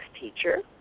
teacher